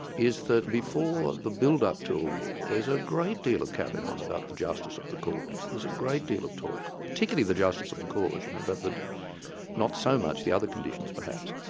is that before the build-up to a war, there's a great deal of carry on about the justice of the cause, there's a great deal of talk, particularly the justice of the cause, you know but not so much the other conditions perhaps.